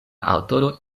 aŭtoro